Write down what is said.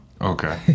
Okay